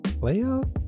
layout